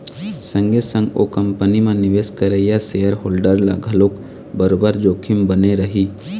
संगे संग ओ कंपनी म निवेश करइया सेयर होल्डर ल घलोक बरोबर जोखिम बने रही